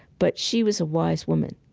but she was a wise woman.